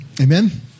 Amen